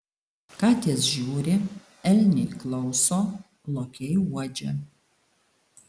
katės žiūri elniai klauso lokiai uodžia